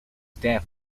death